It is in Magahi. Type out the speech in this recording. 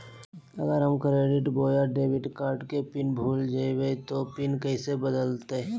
अगर हम क्रेडिट बोया डेबिट कॉर्ड के पिन भूल जइबे तो पिन कैसे बदलते?